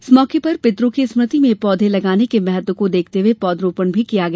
इस मौके पर पितों की स्मृति में पौधे लगाने के महत्व को देखते हुए पौधरोपण किया गया